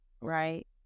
right